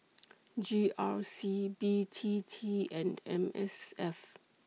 G R C B T T and M S F